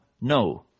no